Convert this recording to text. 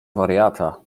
wariata